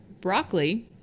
broccoli